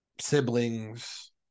siblings